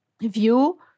view